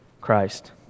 Christ